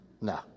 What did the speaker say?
No